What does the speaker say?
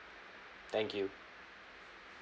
thank you